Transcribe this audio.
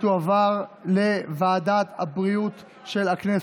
ותעבור להמשך דיון בוועדת הבריאות של הכנסת.